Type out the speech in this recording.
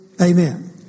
Amen